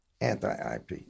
anti-IP